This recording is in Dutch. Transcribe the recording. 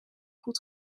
goed